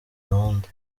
gahunda